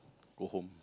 go home